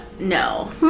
no